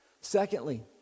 Secondly